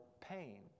pain